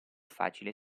facile